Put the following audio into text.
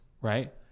Right